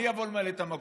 מי יבוא למלא את המקום?